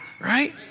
right